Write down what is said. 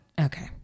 Okay